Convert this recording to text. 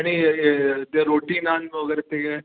आणि ते रोटी नान वगैरे ते